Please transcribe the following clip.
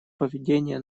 поведение